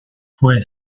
fue